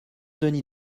denis